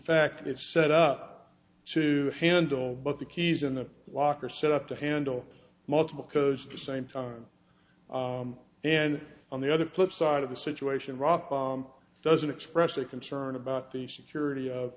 fact it's set up to handle but the keys in the locker set up to handle multiple codes to same time and on the other flip side of the situation doesn't express a concern about the security of